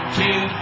two